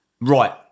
Right